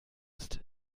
ist